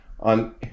on